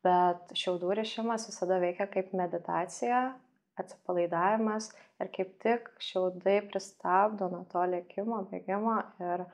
bet šiaudų rišimas visada veikia kaip meditacija atsipalaidavimas ir kaip tik šiaudai pristabdo nuo to lėkimo bėgimo ir